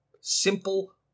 simple